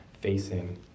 facing